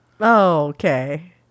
Okay